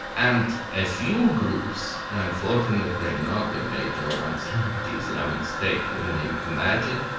and a few groups, unfortunately not the major ones like the islamic state, you may imagine,